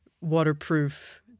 waterproof